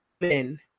men